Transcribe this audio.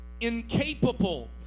incapable